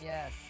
Yes